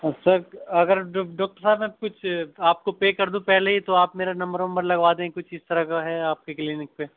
اچھا اگر ڈاکٹر صاحب میں کچھ آپ کو پے کردوں پہلے ہی تو آپ میرا نمبر ومبر لگوا دیں کچھ اِس طرح کا ہے آپ کی کلینک پہ